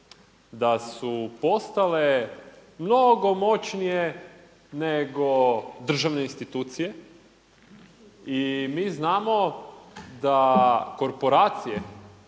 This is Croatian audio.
da su postale mnogo moćnije nego državne institucije i mi znamo da korporacije